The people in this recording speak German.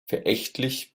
verächtlich